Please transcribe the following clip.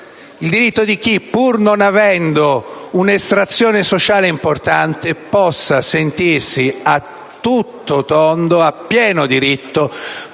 di operaia), pur non avendo un'estrazione sociale importante, possa sentirsi a tutto tondo, a pieno diritto,